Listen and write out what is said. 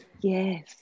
yes